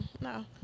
No